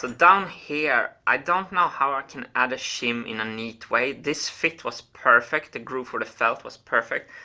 down here, i don't know how i can add a shim in a neat way, this fit was perfect, the groove for the felt was perfect.